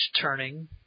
turning